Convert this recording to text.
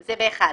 ב-(2)